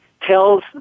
tells